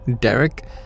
Derek